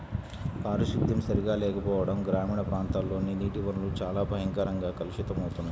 పారిశుద్ధ్యం సరిగా లేకపోవడం గ్రామీణ ప్రాంతాల్లోని నీటి వనరులు చాలా భయంకరంగా కలుషితమవుతున్నాయి